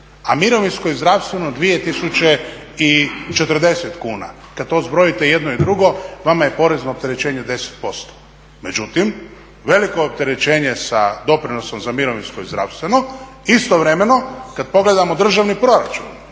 a mirovinsko i zdravstveno 2040 kuna. Kad to zbrojite jedno i drugo vama je porezno opterećenje 10%. Međutim, veliko opterećenje sa doprinosom za mirovinsko i zdravstveno. Istovremeno, kad pogledamo državni proračun